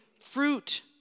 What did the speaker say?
fruit